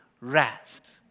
rest